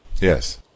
Yes